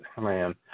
man